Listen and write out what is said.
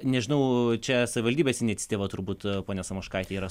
nežinau čia savivaldybės iniciatyva turbūt ponia samoškaite yra